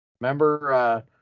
Remember